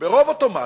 ברוב אוטומטי,